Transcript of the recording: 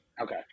Okay